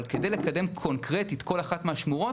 אבל כדי לקדם קונקרטית כל אחת מהשמורות,